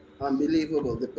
unbelievable